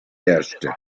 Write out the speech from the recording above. herrschte